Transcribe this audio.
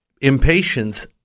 impatience